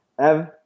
Ev